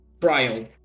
trial